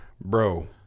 bro